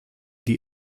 die